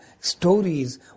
stories